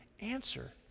answer